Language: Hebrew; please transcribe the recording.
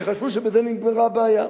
וחשבו שבזה נגמרה הבעיה.